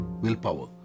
willpower